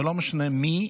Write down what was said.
זה לא משנה מי,